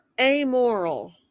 amoral